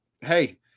hey